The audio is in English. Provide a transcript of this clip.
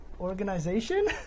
organization